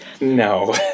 No